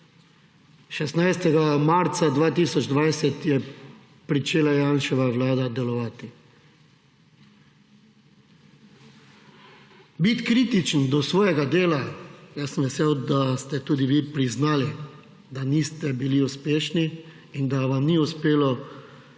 16. marca 2020 je pričela Janševa vlada delovati. Biti kritičen do svojega dela, jaz sem vesel, da ste tudi vi priznali, da niste bili uspešni in da vam ni uspelo nekaterih